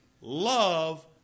love